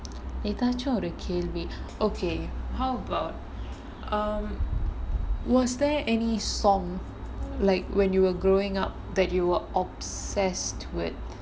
எதாச்சும் ஒரு கேள்வி:ethaachum oru kelvi okay how about um was there any song like when you were growing up that you were obsessed with